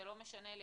זה לא משנה לי.